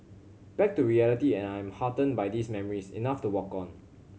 back to reality and I am heartened by these memories enough to walk on